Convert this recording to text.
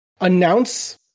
announce